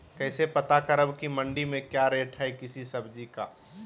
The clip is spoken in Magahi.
कैसे पता करब की मंडी में क्या रेट है किसी सब्जी का?